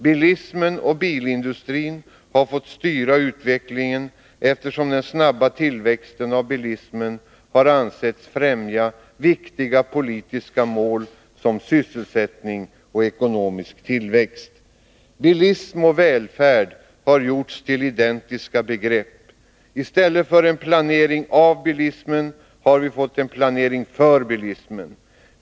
Bilismen och bilindustrin har fått styra utvecklingen, eftersom den snabba tillväxten av bilismen har ansetts främja viktiga politiska mål som sysselsättning och ekonomisk tillväxt. Bilism och välfärd har gjorts till identiska begrepp. I stället för en planering av bilismen har vi fått en planering för bilismen.